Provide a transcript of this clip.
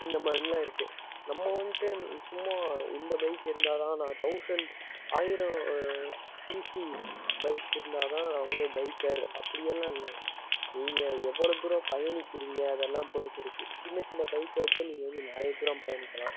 இந்த மாதிரின்லா இருக்குது நம்ம வந்துட்டு சும்மா இந்த பைக் இருந்தால் தான் நான் தௌசண்ட் ஆயிரம் சிசி பைக் இருந்தால் தான் நான் வந்து பைக்கர் அப்படி எல்லாம் இல்லங்க நீங்கள் எவ்வளோ தூரம் பயணிக்கிறீங்க அதெல்லாம் பொறுத்து இருக்குது சின்னச் சின்ன பைக்கை வச்சே நீங்கள் வந்து நிறைய தூரம் பயணிக்கலாம்